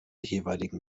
jeweiligen